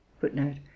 Footnote